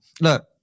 look